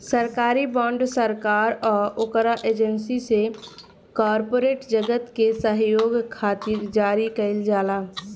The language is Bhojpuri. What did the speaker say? सरकारी बॉन्ड सरकार आ ओकरा एजेंसी से कॉरपोरेट जगत के सहयोग खातिर जारी कईल जाला